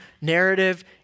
narrative